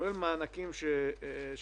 כולל מענקים שניתנו.